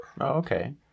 okay